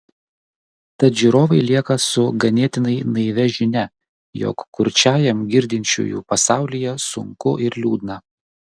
tad žiūrovai lieka su ganėtinai naivia žinia jog kurčiajam girdinčiųjų pasaulyje sunku ir liūdna